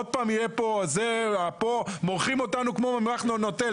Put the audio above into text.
עוד פעם יהיה פה, מורחים אותנו כמו "נוטלה".